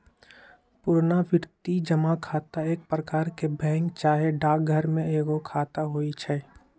पुरनावृति जमा खता एक प्रकार के बैंक चाहे डाकघर में एगो खता होइ छइ